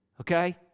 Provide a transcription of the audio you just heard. Okay